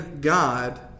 god